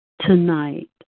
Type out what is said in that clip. tonight